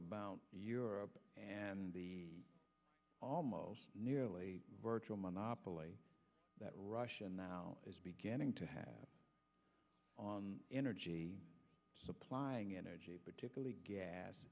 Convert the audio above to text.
about europe and the almost nearly virtual monopoly that russia now is beginning to have on energy supplying energy particularly gas